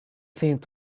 seemed